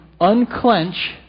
unclench